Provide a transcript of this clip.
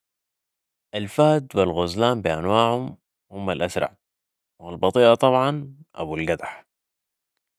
الفهد و الغزلان بأنواعها هم الأسرع و البطيئه طبعا ابو القدح